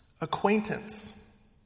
Acquaintance